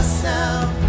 sound